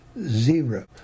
zero